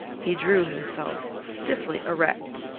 he drew himself stiffly erect.